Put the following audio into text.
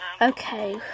Okay